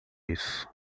isso